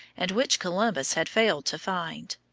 and which columbus had failed to find.